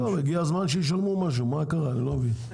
הגיע הזמן שישלמו משהו, מה קרה, אני לא מבין.